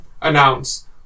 announce